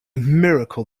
miracle